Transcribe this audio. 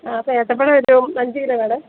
ആ അപ്പം ഏത്തപ്പഴം ഒരു അഞ്ച് കിലോ വേണേ